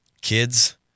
kids